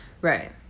Right